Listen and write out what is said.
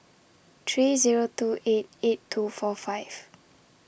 three Zero two eight eight two four five